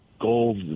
gold